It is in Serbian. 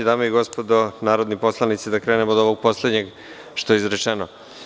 Dame i gospodo narodni poslanici, krenuo bih od ovog poslednjeg što je izrečeno.